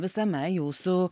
visame jūsų